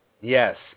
Yes